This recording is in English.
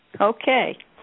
Okay